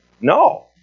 No